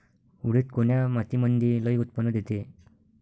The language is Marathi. उडीद कोन्या मातीमंदी लई उत्पन्न देते?